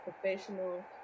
professional